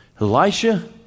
Elisha